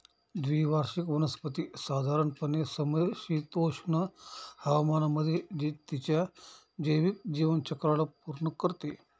द्विवार्षिक वनस्पती साधारणपणे समशीतोष्ण हवामानामध्ये तिच्या जैविक जीवनचक्राला पूर्ण करते